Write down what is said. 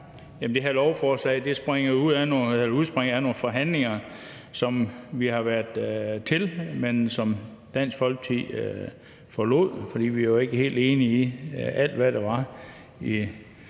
Det her lovforslag udspringer af nogle forhandlinger, som vi har været til, men som Dansk Folkeparti forlod, fordi vi ikke var helt enige i alt, hvad der var